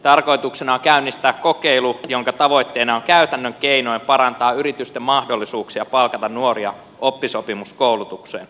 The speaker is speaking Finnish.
tarkoituksena on käynnistää kokeilu jonka tavoitteena on käytännön keinoin parantaa yritysten mahdollisuuksia palkata nuoria oppisopimuskoulutukseen